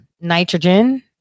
nitrogen